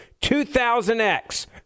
2000X